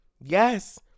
Yes